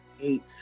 eight